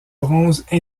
bronze